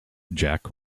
jack